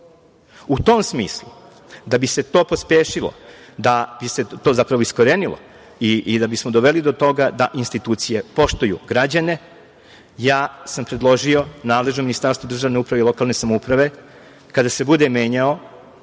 U tom smislu da bi se to pospešilo, da bi se to zapravo iskorenilo i da bismo doveli do toga da institucije poštuju građane, ja sam predložio nadležnom Ministarstvu državne uprave i lokalne samouprave kada se bude menjao,